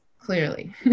clearly